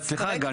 סליחה רגע,